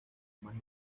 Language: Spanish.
más